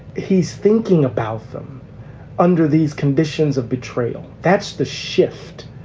he's thinking about them under these conditions of betrayal. that's the shift.